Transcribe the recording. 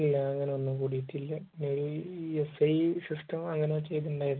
ഇല്ല അങ്ങനെ ഒന്നും കൂടീട്ട് ഇല്ല അത് ഇ എസ് ഐ സിസ്റ്റം അങ്ങനെ ചെയ്ത് ഉണ്ടായിരുന്നു